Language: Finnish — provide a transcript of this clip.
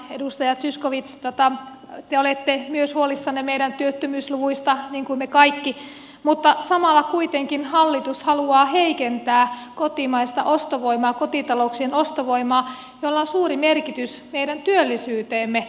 edustaja zyskowicz te olette myös huolissanne meidän työttömyysluvuista niin kuin me kaikki mutta samalla kuitenkin hallitus haluaa heikentää kotimaista ostovoimaa kotitalouksien ostovoimaa jolla on suuri merkitys meidän työllisyyteemme